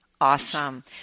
Awesome